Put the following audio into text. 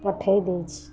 ପଠେଇ ଦେଇଛି